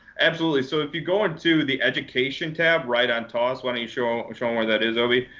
absolutely. so if you go into the education tab right on tos why don't you show show them where that is, obie.